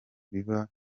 biba